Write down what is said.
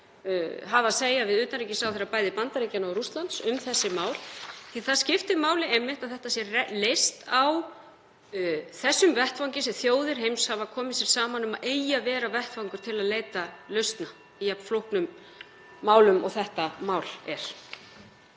hafa að segja við utanríkisráðherra bæði Bandaríkjanna og Rússlands um þessi mál því að það skiptir máli að þetta sé leyst á þeim vettvangi sem þjóðir heims hafa komið sér saman um að eigi að vera vettvangur til að leita lausna í jafn flóknum málum og þetta mál er.